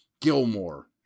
Gilmore